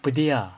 pedih ah